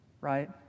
Right